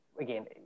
again